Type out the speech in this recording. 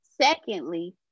Secondly